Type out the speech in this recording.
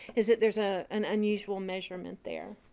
is it there's ah an unusual measurement there.